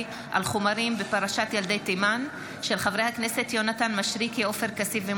שהם מבוססי תיירות ואינם בקו העימות הצפוני.